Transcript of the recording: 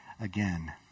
again